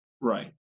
right